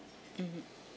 mmhmm